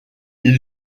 ils